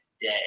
day